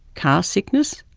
car sickness,